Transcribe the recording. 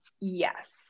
yes